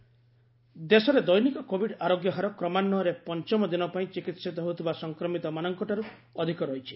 covid status ଦେଶରେ ଦେନିକ Covid ଆରୋଗ୍ୟ ହାର କ୍ରମାନ୍ୱୟରେ ପଞ୍ଚମଦିନ ପାଇଁ ଚିକିିିତ ହେଉଥିବା ସଂକ୍ରମିତମାନଙ୍କଠାରୁ ଅଧିକ ରହିଛି